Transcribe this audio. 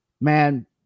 man